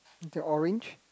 the orange